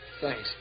Thanks